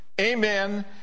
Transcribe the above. amen